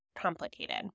complicated